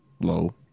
low